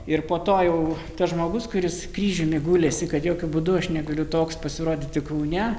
ir po to jau tas žmogus kuris kryžiumi gulėsi kad jokiu būdu aš negaliu toks pasirodyti kaune